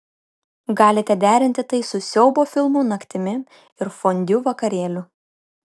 galite derinti tai su siaubo filmų naktimi ir fondiu vakarėliu